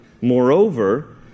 Moreover